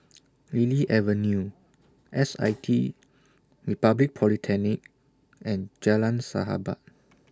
Lily Avenue S I T Republic Polytechnic and Jalan Sahabat